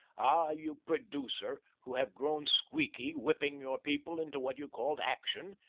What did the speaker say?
ah, you producer who have grown squeaky whipping your people into what you called action,